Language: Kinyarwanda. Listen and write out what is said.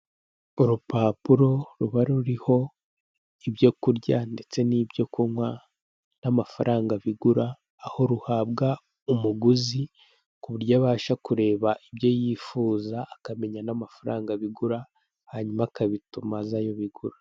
Urupapuro ruba ruriho ibyo kurya n'ibyo kunywa n'amafaranga bigura, aho ruhabwa umuguzi kuburyo abasha kureba ibyo yifuza n'amafaranga bigura hanyuma akabituma azi ayo bigura.